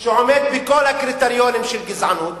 רב-גזען שעומד בכל הקריטריונים של גזענות